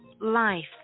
life